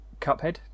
Cuphead